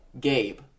Gabe